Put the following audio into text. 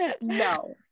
no